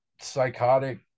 psychotic